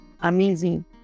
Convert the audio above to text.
amazing